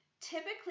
typically